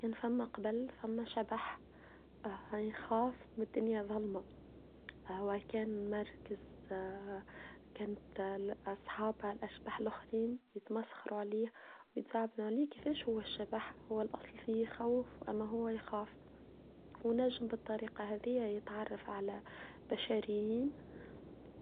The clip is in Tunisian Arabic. كان فم أقبل فم شبح يخاف بالدنيا ظلمة هو كان مركز كانت الأصحاب الأشبح الأخرين يتمسخروا عليه ويتزعبنا عليه كيفش هو الشبح هو الأصل فيه خوف أم هو يخاف هو نجم بالطريقة هذية يتعرف على بشريين